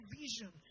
vision